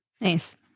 Nice